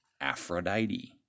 Aphrodite